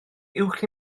uwch